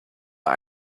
bei